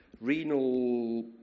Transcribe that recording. renal